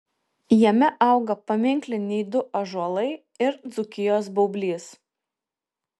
jame auga paminkliniai du ąžuolai ir dzūkijos baublys